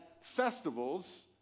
festivals